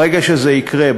ברגע שזה יקרה,